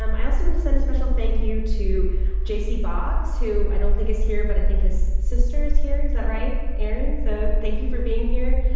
um i also wanted and to send a special thank you to j c. boggs who i don't think is here, but i think his sister is here. is that right, erin? so, thank you for being here.